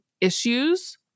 issues